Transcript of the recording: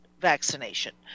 vaccination